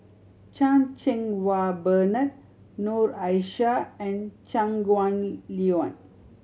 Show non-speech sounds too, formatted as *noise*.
Chan Cheng Wah Bernard Noor Aishah and Shangguan *unintelligible* Liuyun